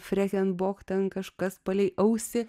freken bok ten kažkas palei ausį